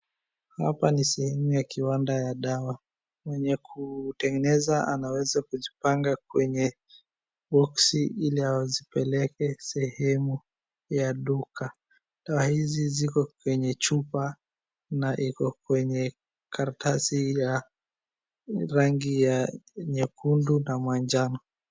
Hapa ni sehemu ya kiwanda ya dawa. Mwenye kutengeneza anaweza kuzipanga kwenye boxi ili azipeleke sehemu ya duka. Dawa hizi ziko kwenye chupa na iko kwenye karatasi ya rangi ya nyekundu na manjano.